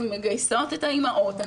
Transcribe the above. אנחנו מגייסות את האימהות,